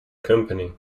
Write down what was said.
company